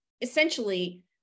essentially